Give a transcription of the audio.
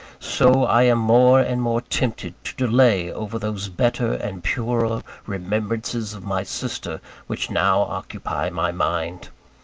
so i am more and more tempted to delay over those better and purer remembrances of my sister which now occupy my mind.